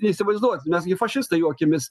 neįsivaizduoti mes gi fašistai jų akimis